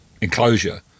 enclosure